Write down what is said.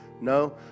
No